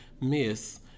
Miss